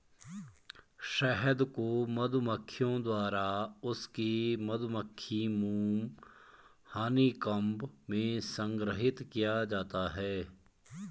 शहद को मधुमक्खियों द्वारा उनके मधुमक्खी मोम हनीकॉम्ब में संग्रहीत किया जाता है